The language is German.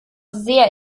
sehr